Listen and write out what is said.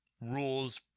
rules